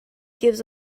gives